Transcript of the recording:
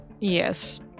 Yes